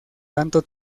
tanto